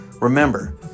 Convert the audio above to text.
Remember